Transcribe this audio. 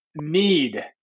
need